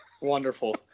Wonderful